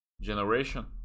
generation